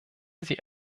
sie